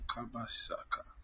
Kabasaka